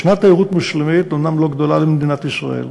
יש תיירות מוסלמית, אומנם לא גדולה, למדינת ישראל.